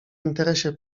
interesie